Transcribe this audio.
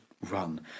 run